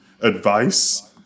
advice